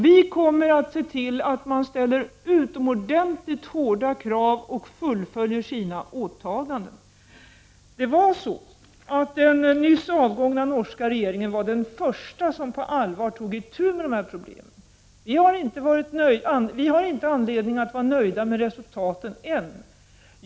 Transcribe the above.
Vi kommer att se till att man ställer utomordentligt hårda krav och fullföljer sina åtaganden. Den nyss avgångna norska regeringen var den första som på allvar tog itu med de här problemen. Vi har inte anledning att vara nöjda med resultaten än.